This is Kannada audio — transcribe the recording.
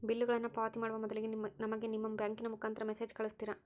ಬಿಲ್ಲುಗಳನ್ನ ಪಾವತಿ ಮಾಡುವ ಮೊದಲಿಗೆ ನಮಗೆ ನಿಮ್ಮ ಬ್ಯಾಂಕಿನ ಮುಖಾಂತರ ಮೆಸೇಜ್ ಕಳಿಸ್ತಿರಾ?